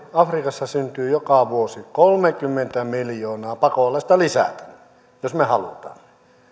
afrikassa syntyy joka vuosi kolmekymmentä miljoonaa pakolaista lisää jos me haluamme